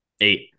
eight